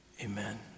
amen